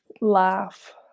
laugh